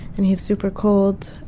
and he's super cold,